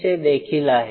चे देखील आहे